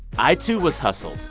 i too was hustled,